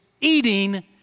eating